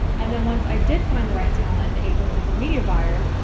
and then once i did find the right talent at the agency for media buyers,